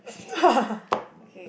okay okay okay